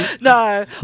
no